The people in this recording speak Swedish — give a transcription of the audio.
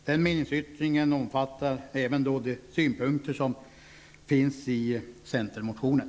Den meningsyttringen omfattar även de synpunkter som finns framförda i centermotionen.